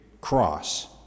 cross